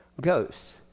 goes